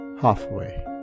halfway